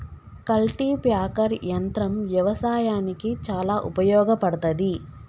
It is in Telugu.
కల్టిప్యాకర్ యంత్రం వ్యవసాయానికి చాలా ఉపయోగపడ్తది